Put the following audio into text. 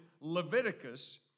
Leviticus